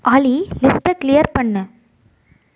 ஆலி லிஸ்ட்டை க்ளியர் பண்ணு